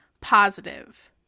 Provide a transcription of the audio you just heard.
positive